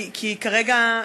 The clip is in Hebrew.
כי כרגע,